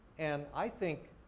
and, i think,